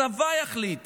הצבא יחליט